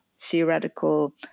theoretical